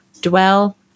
dwell